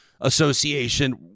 Association